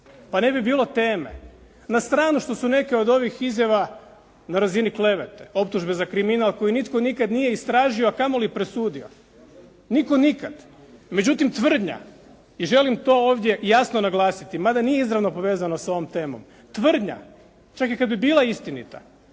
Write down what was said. Pa ne bi bilo teme. Na stranu što su neke od ovih izjava na razini klevete, optužbe za kriminal koji nitko nikad nije istražio, a kamoli presudio. Nitko nikad. Međutim tvrdnja i želim to ovdje jasno naglasiti, mada nije izravno povezano sa ovom temom. Tvrdnja, čak i kad bi bila istinita,